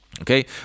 okay